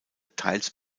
teils